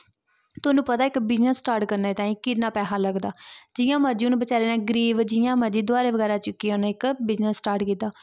थुआनूं पता ऐ इक बिज़नेस स्टार्ट करने ताईं किन्ना पैहा लगदा जियां मर्जी उ'नें बचैरें ने गरीब जियां मर्जी दुहारे बगैरा चुक्कियै उ'नें इक बिजनेस स्टार्ट कीता